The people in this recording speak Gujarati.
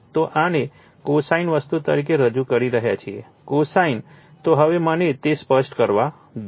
તો આને cosine વસ્તુ તરીકે રજૂ કરી રહ્યા છીએ cosine તો હવે મને તે સ્પષ્ટ કરવા દો